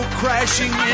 crashing